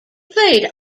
played